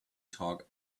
talk